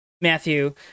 Matthew